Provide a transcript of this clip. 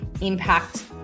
impact